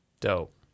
Dope